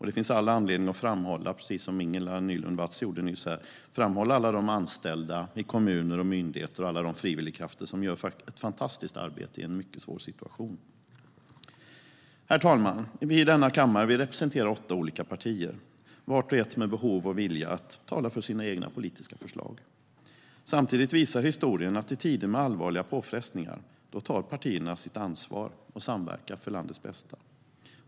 Det finns all anledning att framhålla, precis som Ingela Nylund Watz gjorde här, alla de anställda i kommuner och myndigheter och alla de frivilligkrafter som gör ett fantastiskt arbete i en mycket svår situation. Herr talman! Vi i denna kammare representerar åtta olika partier. Vart och ett har behov och vilja att tala för sina egna politiska förslag. Samtidigt visar historien att i tider med allvarliga påfrestningar tar partierna sitt ansvar och samverkar för landets bästa.